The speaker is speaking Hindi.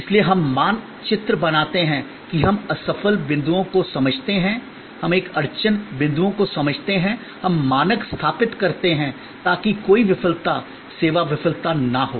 इसलिए हम मानचित्र बनाते हैं कि हम असफल बिंदुओं को समझते हैं हम एक अड़चन बिंदुओं को समझते हैं हम मानक स्थापित करते हैं ताकि कोई विफलता सेवा विफलता न हो